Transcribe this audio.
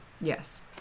Yes